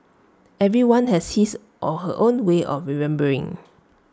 everyone has his or her own way of remembering